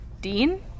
Dean